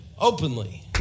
openly